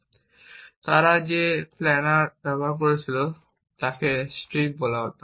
এবং তারা যে প্ল্যানার ব্যবহার করেছিল তাকে স্ট্রিপ বলা হত